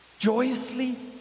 Joyously